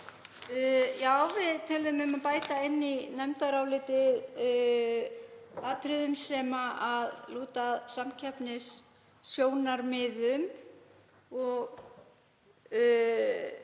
Já, við töluðum um að bæta inn í nefndarálitið atriðum sem lúta að samkeppnissjónarmiðum og það